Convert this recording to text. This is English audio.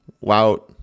Wow